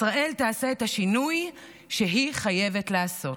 ישראל תעשה את השינוי שהיא חייבת לעשות".